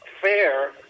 fair